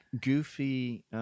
Goofy